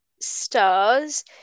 stars